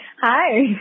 Hi